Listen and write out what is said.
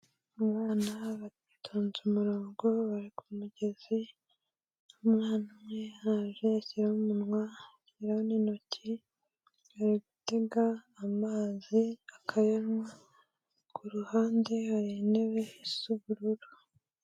Abana batonze umurongo bari ku mugezi, umwana umwe yaje ashyiraho umunwa ashyiraho n'intoki, ari gutega amazi akayanywa, ku ruhande hari intebe isa ubururu.